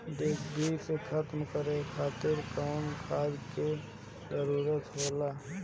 डिभी के खत्म करे खातीर कउन खाद के जरूरत होला?